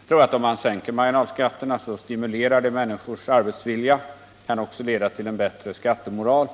Jag tror att om man sänker marginalskatterna, så stimulerar det människors arbetsvilja och kan också leda till bättre skattemoral.